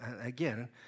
Again